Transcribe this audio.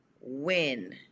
win